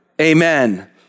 amen